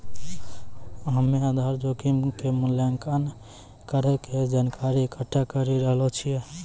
हम्मेआधार जोखिम के मूल्यांकन करै के जानकारी इकट्ठा करी रहलो छिऐ